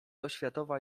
oświatowa